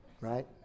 right